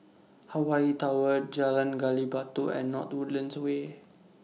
Hawaii Tower Jalan Gali Batu and North Woodlands Way